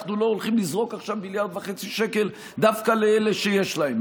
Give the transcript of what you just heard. אנחנו לא הולכים לזרוק עכשיו 1.5 מיליארד שקל דווקא לאלה שיש להם.